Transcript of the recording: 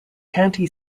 county